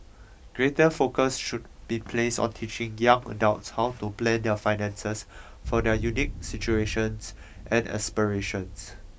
greater focus should be placed on teaching young adults how to plan their finances for their unique situations and aspirations